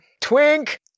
Twink